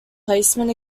placement